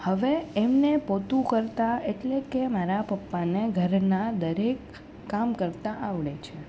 હવે એમને પોતું કરતાં એટલે કે મારા પપ્પાને ઘરના દરેક કામ કરતાં આવડે છે